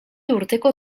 urteko